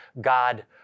God